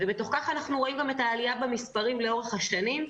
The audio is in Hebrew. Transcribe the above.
בתוך כך אנחנו רואים גם את העלייה במספרים לאורך השנים,